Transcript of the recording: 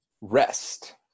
Rest